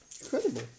incredible